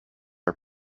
are